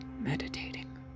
meditating